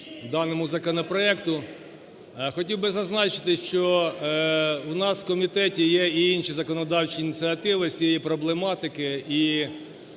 даному законопроекту. Хотів би зазначити, що у нас в комітеті є і інші законодавчі ініціативи з цієї проблематики